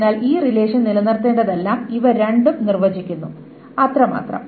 അതിനാൽ ഈ റിലേഷൻ നിലനിർത്തേണ്ടതെല്ലാം ഇവ രണ്ടും നിർവചിക്കുന്നു അത്രമാത്രം